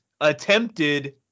Attempted